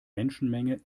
menschenmenge